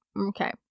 okay